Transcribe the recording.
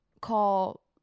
call